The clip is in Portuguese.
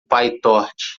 pytorch